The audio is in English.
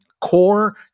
core